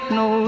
no